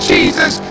Jesus